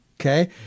Okay